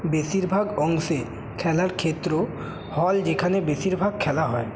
বেশিরভাগ অংশে খেলার ক্ষেত্র হল যেখানে বেশিরভাগ খেলা হয়